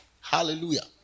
Hallelujah